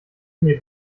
mir